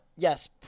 Yes